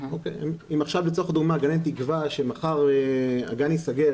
אם עכשיו לצורך הדוגמה גננת תקבע שמחר הגן ייסגר,